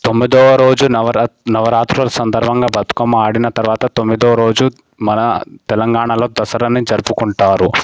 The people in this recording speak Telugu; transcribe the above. తొమ్మిదవ రోజు నవరాత్రి నవరాత్రుల సందర్భంగా బతుకమ్మ ఆడిన తరువాత తొమ్మిదవ రోజు మన తెలంగాణలో దసరాని జరుపుకుంటారు